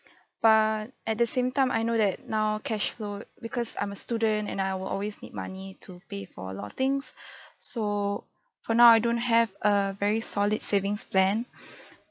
but at the same time I know that now cash flow because I'm a student and I will always need money to pay for a lot of things so for now I don't have a very solid savings plan